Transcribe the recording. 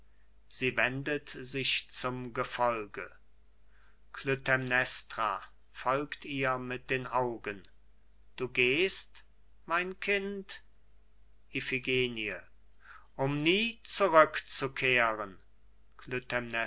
sie wendet sich zum gefolge klytämnestra folgt ihr mit den augen du gehst mein kind iphigenie um nie zurück